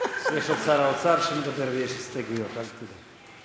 שר האוצר שמדבר, ויש הסתייגויות, אל תדאג.